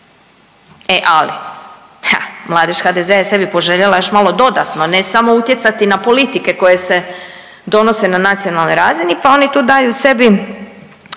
ha, Mladež HDZ-a je sebi poželjela još malo dodatno, ne samo utjecati na politike koje se donose na nacionalnoj razini pa oni tu daju sebi,